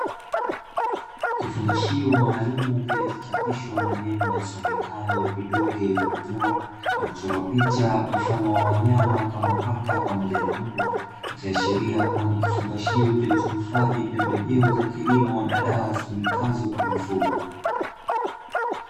Kifungashio maalumu, kilichochapishwa maneno yasomekayo vidonge vya minyoo na kuchorwa picha mfano wa wanyama, kama; paka pamoja na mbwa, ikiashiria kuwa ni kifungashio kilichohifadhi pembejeo za kilimo na dawa zitumikazo kwa mifugo.